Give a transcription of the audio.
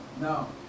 No